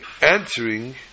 answering